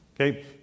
Okay